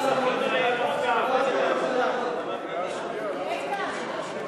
לתיקון פקודת הנישואין והגירושין (רישום)